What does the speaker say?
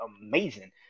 amazing